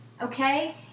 Okay